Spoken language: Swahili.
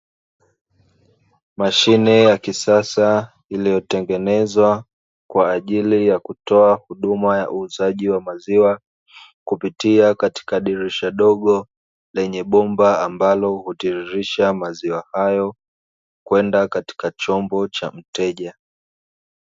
Mashine ya kisasa ambayo iliyotengenezwa kwa ajili ya kutoa huduma ya uuzaji wa maziwa, kupitia katika dirisha dogo lenye bomba ambalo hutiririsha hayo kwenda katika chombo cha mteja.